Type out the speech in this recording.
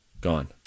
Gone